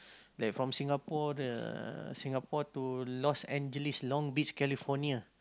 like from Singapore the Singapore to Los-Angeles Long Beach California